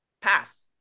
pass